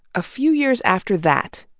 a few years after that,